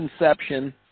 inception